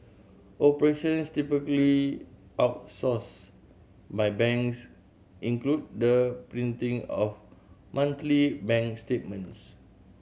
operations typically outsourced by banks include the printing of monthly bank statements